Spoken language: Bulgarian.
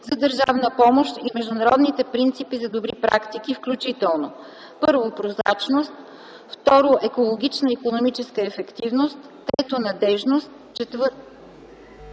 за държавна помощ и международните принципи за добри практики, включително: 1. прозрачност; 2. екологична и икономическа ефективност; 3. надеждност; 4.